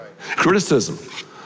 Criticism